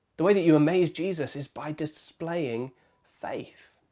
the way that you amaze jesus is by displaying faith,